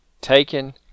taken